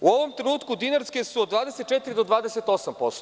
U ovom trenutku, dinarske su od 24 do 28%